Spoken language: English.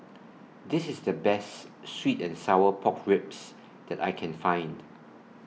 This IS The Best Sweet and Sour Pork Ribs that I Can Find